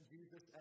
Jesus